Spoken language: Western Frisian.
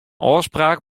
ôfspraak